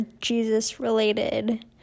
Jesus-related